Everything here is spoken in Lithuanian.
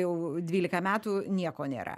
jau dvylika metų nieko nėra